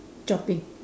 jumping